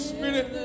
Spirit